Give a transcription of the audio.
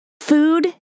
Food